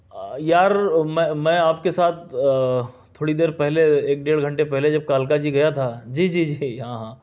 یار میں آپ کے ساتھ تھوڑی دیر پہلے ایک ڈیڑھ گھنٹے پہلے جب کالکا جی گیا تھا جی جی جی ہاں ہاں